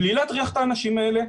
בלי להטריח את האנשים האלה,